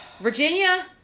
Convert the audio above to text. Virginia